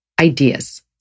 ideas